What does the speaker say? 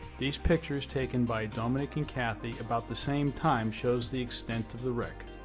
these pictures taken by dominique and cathy about the same time shows the extent of the wreck